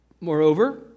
Moreover